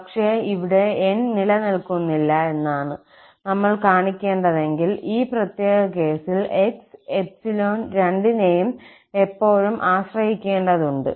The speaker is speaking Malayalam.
പക്ഷേ ഇവിടെ 𝑁 നിലനിൽക്കുന്നില്ല എന്നാണ് നമ്മൾ കാണിക്കേണ്ടതെങ്കിൽ ഈ പ്രത്യേക കേസിൽ 𝑥 𝜖 രണ്ടിനെയും എപ്പോഴും ആശ്രയിക്കേണ്ടതുണ്ട്